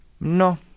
No